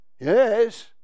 Yes